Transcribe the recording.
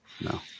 No